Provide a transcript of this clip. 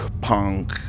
punk